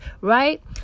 Right